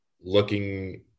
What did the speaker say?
looking